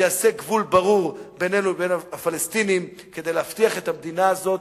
שיעשה גבול ברור בינינו לבין הפלסטינים כדי להבטיח את המדינה הזאת,